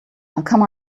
come